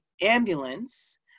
ambulance